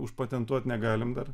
užpatentuot negalim dar